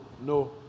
no